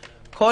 היום.